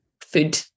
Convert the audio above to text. food